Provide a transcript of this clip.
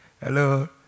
hello